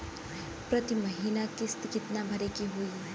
प्रति महीना किस्त कितना भरे के होई?